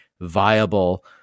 viable